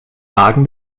wagen